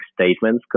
statements